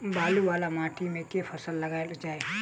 बालू वला माटि मे केँ फसल लगाएल जाए?